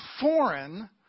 foreign